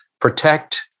protect